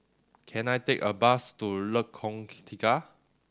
can I take a bus to Lengkong key Tiga